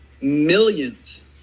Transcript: millions